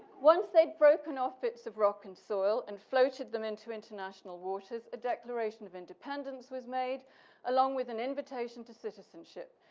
once they'd broken off bits of rock and soil and floated them into international waters, a declaration of independence was made along with an invitation to citizenship.